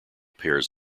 pears